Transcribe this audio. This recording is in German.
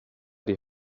die